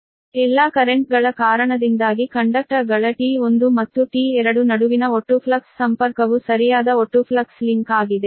ಆದ್ದರಿಂದ ಎಲ್ಲಾ ಕರೆಂಟ್ಸ್ಗಳ ಕಾರಣದಿಂದಾಗಿ ಕಂಡಕ್ಟರ್ಗಳ T1 ಮತ್ತು T2 ನಡುವಿನ ಒಟ್ಟು ಫ್ಲಕ್ಸ್ ಸಂಪರ್ಕವು ಸರಿಯಾದ ಒಟ್ಟು ಫ್ಲಕ್ಸ್ ಲಿಂಕ್ ಆಗಿದೆ